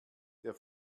der